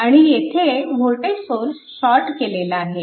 आणि येथील voltage source short केलेला आहे